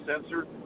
sensor